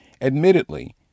Admittedly